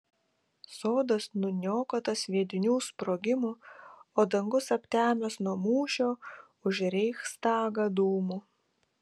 sodas nuniokotas sviedinių sprogimų o dangus aptemęs nuo mūšio už reichstagą dūmų